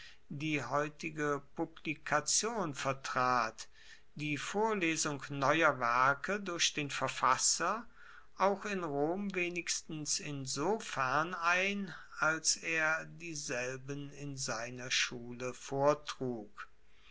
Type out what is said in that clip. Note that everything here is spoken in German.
die heutige publikation vertrat die vorlesung neuer werke durch den verfasser auch in rom wenigstens insofern ein als er dieselben in seiner schule vortrug